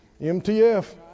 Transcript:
MTF